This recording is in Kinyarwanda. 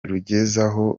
rugezeho